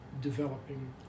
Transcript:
developing